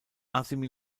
aussprache